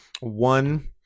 One